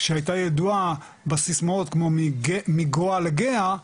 שהייתה ידועה בסיסמאות כמו מגואה לגהה,